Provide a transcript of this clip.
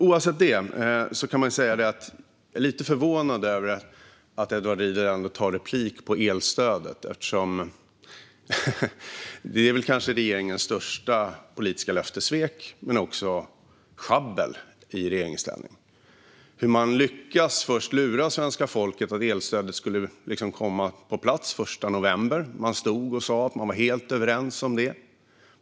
Oavsett det är jag lite förvånad över att Edward Riedl tar replik om elstödet eftersom det väl är regeringens största löftessvek men också sjabbel i regeringsställning. Först lyckas man lura svenska folket att elstödet skulle komma på plats den 1 november; man stod och sa att man var helt överens om det.